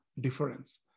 difference